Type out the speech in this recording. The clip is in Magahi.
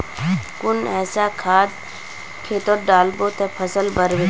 कुन ऐसा खाद खेतोत डालबो ते फसल बढ़बे?